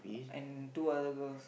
and two other girls